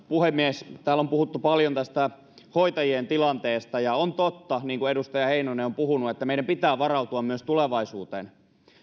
puhemies täällä on puhuttu paljon hoitajien tilanteesta ja on totta niin kuin edustaja heinonen on puhunut että meidän pitää varautua myös tulevaisuuteen